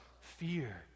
fear